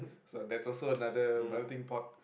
so that's also another melting pot